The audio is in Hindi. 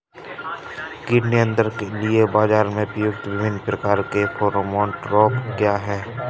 कीट नियंत्रण के लिए बाजरा में प्रयुक्त विभिन्न प्रकार के फेरोमोन ट्रैप क्या है?